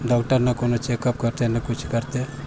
doctor ने कोनो checkup करतै ने किछु करतै